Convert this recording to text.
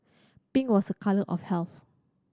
pink was a colour of health